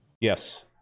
Yes